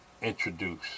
introduce